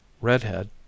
Redhead